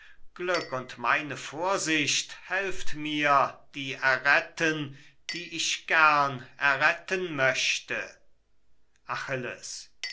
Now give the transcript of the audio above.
glück und meine vorsicht helft mir die erretten die ich gern erretten möchte achilles